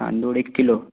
तांदूळ एक किलो